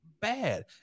bad